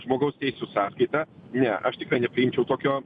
žmogaus teisių sąskaita ne aš tikrai nepriimčiau tokio